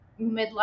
midlife